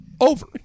over